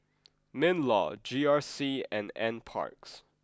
Minlaw G R C and Nparks